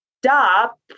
Stop